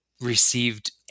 received